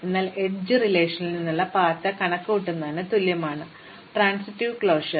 അതിനാൽ എഡ്ജ് റിലേഷനിൽ നിന്നുള്ള പാത്ത് കണക്കുകൂട്ടുന്നതിനു തുല്യമാണ് ട്രാൻസിറ്റീവ് ക്ലോഷർ